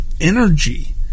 energy